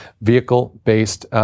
Vehicle-Based